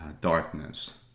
darkness